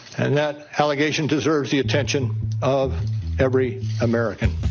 and that allegation deserves the attention of every american.